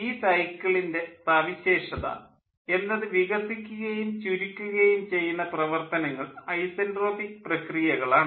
ഈ സൈക്കിളിൻ്റെ സവിശേഷത എന്നത് വികസിപ്പിക്കുകയും ചുരുക്കുകയും ചെയ്യുന്ന പ്രവർത്തനങ്ങൾ ഐസെൻട്രോപ്പിക് പ്രക്രിയകൾ ആണ്